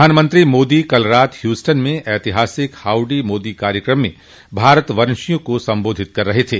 प्रधानमंत्री मोदी कल रात ह्यूस्टन में ऐतिहासिक हाउडी मोदी कार्यक्रम में भारतवंशियों को संबोधित कर रहे थे